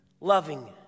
loving